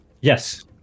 Yes